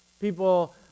People